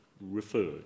referred